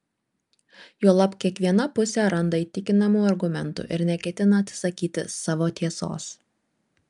juolab kiekviena pusė randa įtikinamų argumentų ir neketina atsisakyti savo tiesos